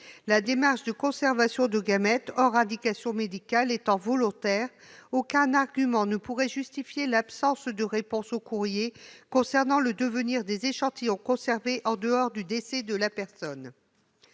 La démarche de conservation de gamètes hors indication médicale étant volontaire, aucun argument ne pourrait justifier l'absence de réponse au courrier concernant le devenir des échantillons conservés en dehors du décès de la personne.